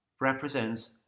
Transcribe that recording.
represents